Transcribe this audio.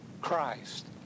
christ